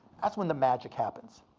that's when the magic happens.